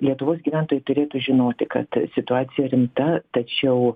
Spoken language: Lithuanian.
lietuvos gyventojai turėtų žinoti kad situacija rimta tačiau